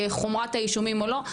חומרת האישומים או לא.